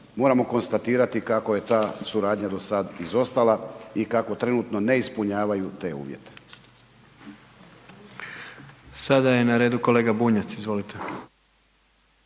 moramo konstatirati kako je ta suradnja do sad izostala i kako trenutno ne ispunjavaju te uvjete. **Jandroković, Gordan (HDZ)** Sada je na redu kolega Bunjac, izvolite.